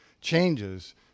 changes